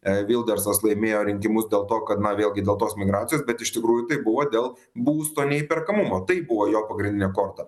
vildersas laimėjo rinkimus dėl to kad na vėlgi dėl tos migracijos bet iš tikrųjų tai buvo dėl būsto neįperkamumo tai buvo jo pagrindinė korta